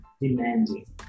demanding